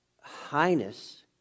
highness